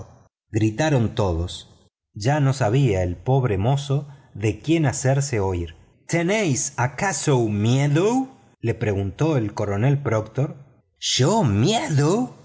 gritaron todos ya no sabía el pobre mozo de quién hacerse oír tenéis acaso miedo le preguntó el coronel proctor yo miedo